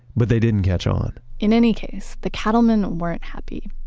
but they didn't catch on in any case, the cattlemen weren't happy.